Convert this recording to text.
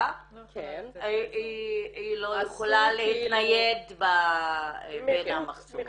היא לא יכולה להתנייד בין המחסומים.